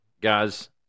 Guys